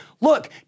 look